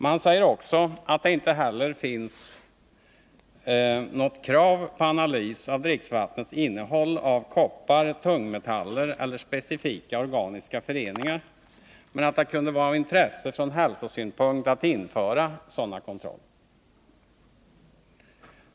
Man säger också att det inte heller finns något krav på analys av dricksvattens innehåll av koppar, tungmetaller eller specifika organiska föreningar, men att det kunde vara av intresse från hälsosynpunkt att införa sådana kontroller.